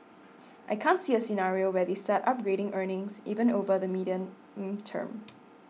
I can't see a scenario where they start upgrading earnings even over the medium term